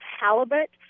halibut